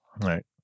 right